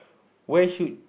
where should